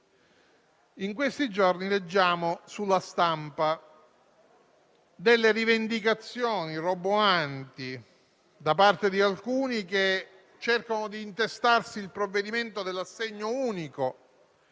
In questi giorni leggiamo sulla stampa delle rivendicazioni roboanti da parte di alcuni che cercano di intestarsi il provvedimento sull'assegno unico.